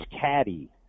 Caddy